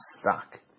stuck